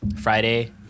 Friday